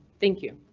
thank you.